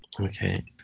okay